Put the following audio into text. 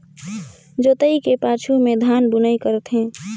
जोतई के पाछू में धान बुनई करथे